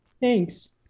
Thanks